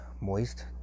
moist